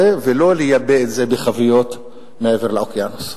ולא לייבא את זה בחביות מעבר לאוקיינוס.